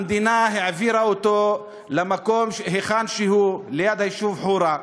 המדינה העבירה אותו למקום שלו, ליד היישוב חורה.